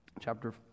Chapter